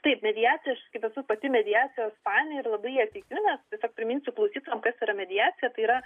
taip mediacija aš kaip esu pati mediacijos fanė ir labai ja tikiu nes tiesiog priminsiu klausytojam kas yra mediacija tai yra